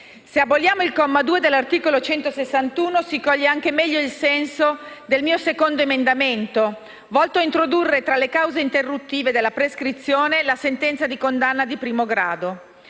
Se aboliamo l'articolo 161, comma 2, si coglie anche meglio il senso del mio secondo emendamento, volto a introdurre, tra le cause interruttive della prescrizione, la sentenza di condanna di primo grado.